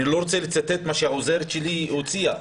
אני לא רוצה לצטט מה שהעוזרת שלי הוציאה: